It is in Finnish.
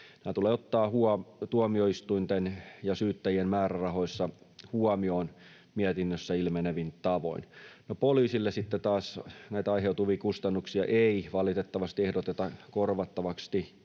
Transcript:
Tämä tulee ottaa tuomioistuinten ja syyttäjien määrärahoissa huomioon mietinnössä ilmenevin tavoin. No, poliisille sitten taas näitä aiheutuvia kustannuksia ei valitettavasti ehdoteta korvattavaksi